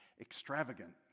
Extravagant